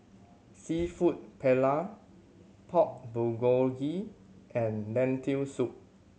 Seafood Paella Pork Bulgogi and Lentil Soup